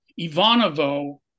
Ivanovo